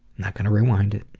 not gonna rewind it.